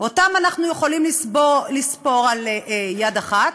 אנחנו יכולים לספור אותם על יד אחת.